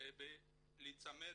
בהיצמד